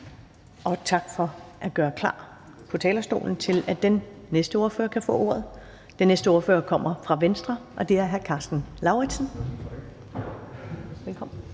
Og tak for at gøre klar på talerstolen til, at den næste ordfører kan få ordet. Den næste ordfører kommer fra Venstre, og det er hr. Karsten Lauritzen. Velkommen.